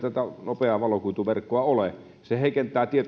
nopeaa valokuituverkkoa ole se heikentää